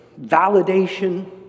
validation